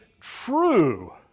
true